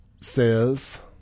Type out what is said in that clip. says